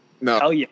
No